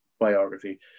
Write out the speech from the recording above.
biography